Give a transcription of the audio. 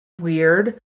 weird